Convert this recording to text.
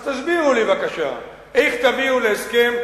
אז תסבירו לי בבקשה, איך תביאו להסכם.